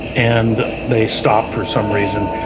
and they stop for some reason,